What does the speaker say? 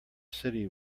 city